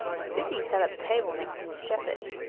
sissy sat at the table next to miss sheppard,